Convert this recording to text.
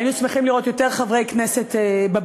היינו שמחים לראות יותר חברי כנסת בבניין,